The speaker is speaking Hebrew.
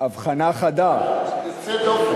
יש לך חוש